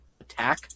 attack